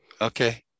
Okay